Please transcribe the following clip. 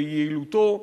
ביעילותו.